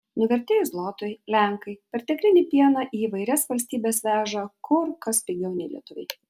nuvertėjus zlotui lenkai perteklinį pieną į įvairias valstybes veža kur kas pigiau nei lietuviai